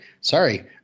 Sorry